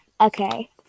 Okay